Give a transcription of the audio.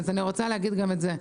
אז אני רוצה להגיד גם את זה,